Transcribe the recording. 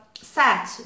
set